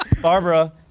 Barbara